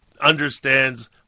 understands